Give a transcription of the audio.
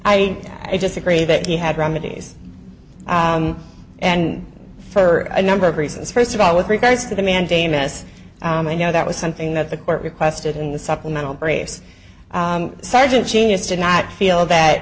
just agree that he had remedies and for a number of reasons first of all with regards to the mandamus i know that was something that the court requested in the supplemental brace sergeant genius did not feel that